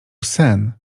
sen